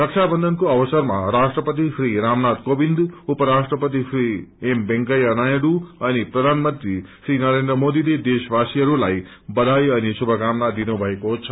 रक्षा बन्धनको अवसरमा राष्ट्रिपति श्री रामनाथ कोविन्द उप राष्ट्रपति श्रीएम वेकैंया नायडू अनि प्रधान मंत्री श्री नरेन्द्र मोदीले देशवासीहरूलाई बधाई अनि श्रुभकामना दिनु भएको छ